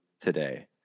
today